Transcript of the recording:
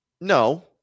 No